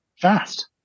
fast